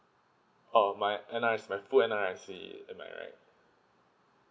oh my N_R_I~ my full N_R_I_C am I right